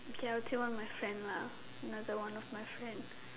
okay I will tell my friend lah another one of my friend